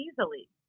easily